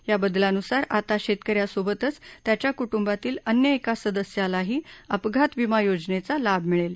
या बदलांनुसार आता शेतक यांसोबतच त्यांच्या कुटुंबातील अन्य एका सदस्यालाही अपघात विमा योजनेचा लाभ मिळेल